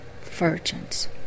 Virgins